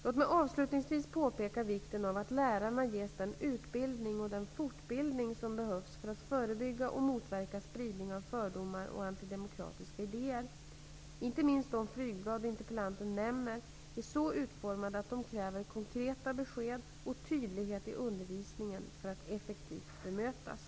Låt mig avslutningsvis påpeka vikten av att lärarna ges den utbildning och den fortbildning som behövs för att förebygga och motverka spridning av fördomar och antidemokratiska idéer. Inte minst de flygblad interpellanten nämner är så utformade att de kräver konkreta besked och tydlighet i undervisningen för att effektivt bemötas.